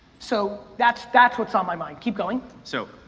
so, that's that's what's on my mind, keep going. so,